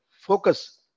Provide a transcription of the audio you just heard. focus